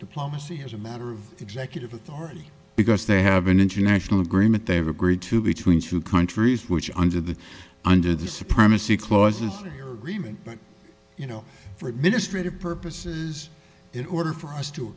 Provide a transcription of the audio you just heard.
diplomacy as a matter of executive authority because they have an international agreement they've agreed to between two countries which under the under the supremacy clause is your agreement but you know for administrative purposes in order for us to